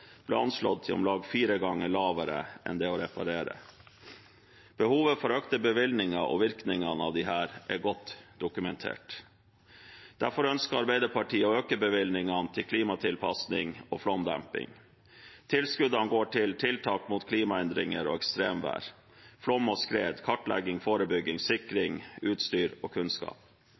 ble anslått til å være om lag fire ganger lavere enn ved å reparere. Behovet for økte bevilgninger og virkningene av dem er godt dokumentert. Derfor ønsker Arbeiderpartiet å øke bevilgningene til klimatilpasning og flomdemping. Tilskuddene går til tiltak mot klimaendringer og ekstremvær, flom og skred, kartlegging, forebygging, sikring, utstyr og kunnskap.